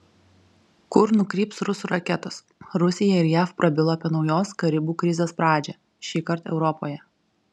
kur nukryps rusų raketos rusija ir jav prabilo apie naujos karibų krizės pradžią šįkart europoje